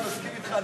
אני מסכים אתך.